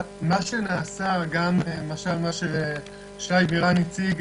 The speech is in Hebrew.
מה שנעשה, למשל מה ששי בירן הציג,